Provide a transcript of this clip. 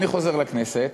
אני חוזר לכנסת.